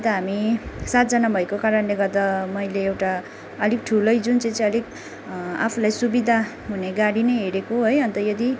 अन्त हामी सातजना भएको कारणले गर्दा मैले एउटा अलिक ठुलै जुन चाहिँ चाहिँ अलिक आफूलाई सुविधा हुने गाडी नै हेरोको है अन्त यदि